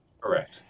Correct